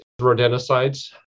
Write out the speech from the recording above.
rodenticides